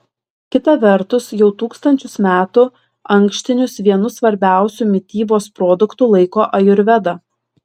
kita vertus jau tūkstančius metų ankštinius vienu svarbiausiu mitybos produktu laiko ajurveda